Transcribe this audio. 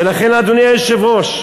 ולכן, אדוני היושב-ראש,